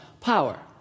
power